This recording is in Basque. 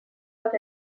bat